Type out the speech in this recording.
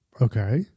Okay